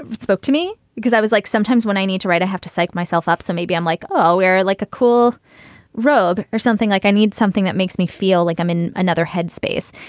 ah spoke to me because i was like, sometimes when i need to write, i have to psych myself up. so maybe i'm like, oh, you're like a cool robe or something like i need something that makes me feel like i'm in another headspace.